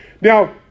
now